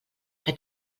que